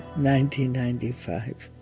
ninety ninety five.